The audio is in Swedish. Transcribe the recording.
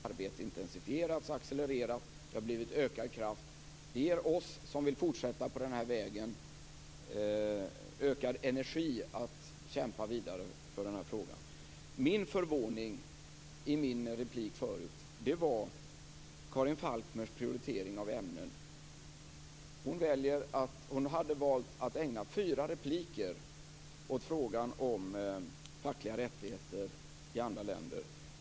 Fru talman! Återigen: Jag ser inte den här konflikten mellan WTO och ILO. Att frågan debatteras i WTO har gjort att arbetet i ILO intensifierats och accelererat. Det har blivit ökad kraft. Det ger oss som vill fortsätta på den här vägen ökad energi att kämpa vidare för den här frågan. Min förvåning i mitt förra inlägg gällde Karin Falkmers prioritering av ämnen. Hon hade valt att ägna fyra repliker åt frågan om fackliga rättigheter i andra länder.